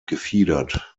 gefiedert